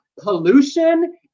pollution